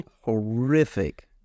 horrific